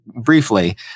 briefly